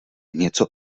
něco